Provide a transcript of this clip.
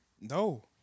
No